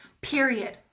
Period